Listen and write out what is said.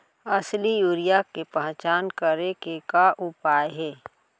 असली यूरिया के पहचान करे के का उपाय हे?